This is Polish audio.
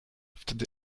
wtedy